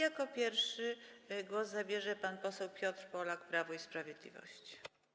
Jako pierwszy głos zabierze pan poseł Piotr Polak, Prawo i Sprawiedliwość.